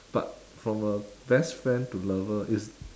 but from a best friend to lover is